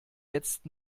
jetzt